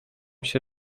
się